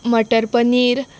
मटर paneer